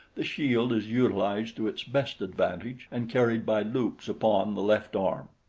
the shield is utilized to its best advantage and carried by loops upon the left arm.